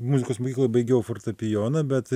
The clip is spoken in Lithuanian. muzikos mokykloje baigiau fortepijoną bet